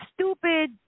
stupid